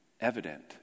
evident